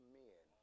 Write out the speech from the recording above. men